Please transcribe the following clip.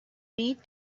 need